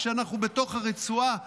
כשאנחנו בתוך הרצועה,